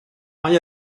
mae